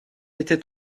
était